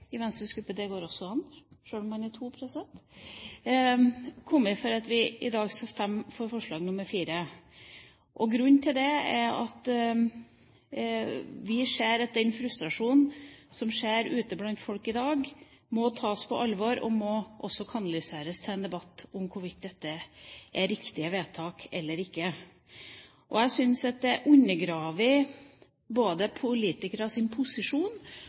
i Venstres gruppe, det går også an sjøl om man er to – kommet til at vi i dag skal stemme for forslag nr. 4. Grunnen til det er at vi ser at den frustrasjonen som er ute blant folk i dag, må tas på alvor og må kanaliseres til en debatt rundt hvorvidt dette er riktige vedtak eller ikke. Jeg syns at det undergraver både politikernes posisjon